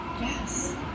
Yes